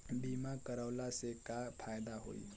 बीमा करवला से का फायदा होयी?